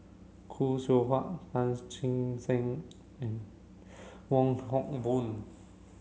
Khoo Seow Hwa Tan Che Sang and Wong Hock Boon